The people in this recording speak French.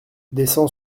descend